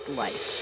life